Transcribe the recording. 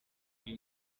uyu